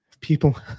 People